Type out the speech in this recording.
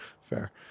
Fair